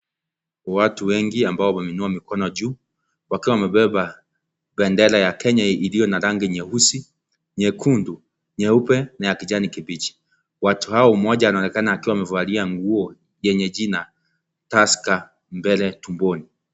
Watu wengi ambao wameinua mikono juu wakiwa wamebeba bendera ya Kenya iliyo na rangi nyeusi, nyekundu, nyeupe na kijani kibichi. Watu hao, mmoja anaonekana akiwa amevalia nguo yenye jina Tusker mbele tumboni.